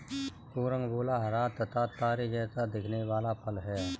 carambola हरा तथा तारे जैसा दिखने वाला फल है